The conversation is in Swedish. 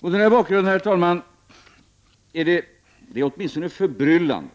Mot denna bakgrund är det förbryllande,